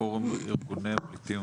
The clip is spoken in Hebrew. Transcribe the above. פורום ארגוני הפליטים,